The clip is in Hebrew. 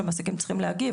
שמעסיקים צריכים להגיב,